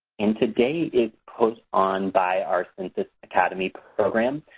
and today is put on by our census academy program.